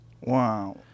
Wow